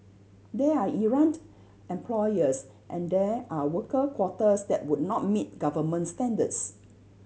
there are errant employers and there are worker quarters that would not meet government standards